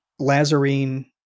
Lazarine